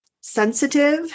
sensitive